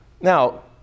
Now